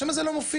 שם זה לא מופיע.